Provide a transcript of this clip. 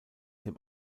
dem